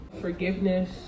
forgiveness